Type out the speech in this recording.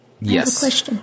yes